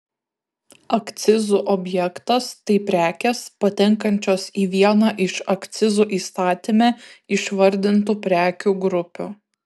akcizų objektas tai prekės patenkančios į vieną iš akcizų įstatyme išvardintų prekių grupių